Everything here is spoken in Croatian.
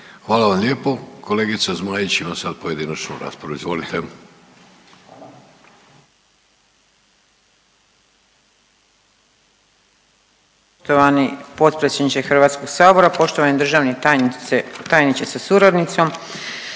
Hvala vam lijepo. Kolegica Zmaić ima sad pojedinačnu raspravu, izvolite.